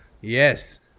Yes